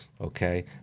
Okay